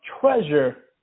treasure